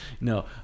No